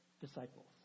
disciples